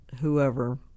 whoever